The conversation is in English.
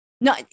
no